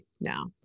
now